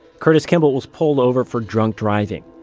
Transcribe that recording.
curtis kimball was pulled over for drunk driving.